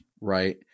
right